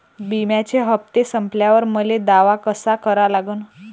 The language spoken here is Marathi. बिम्याचे हप्ते संपल्यावर मले दावा कसा करा लागन?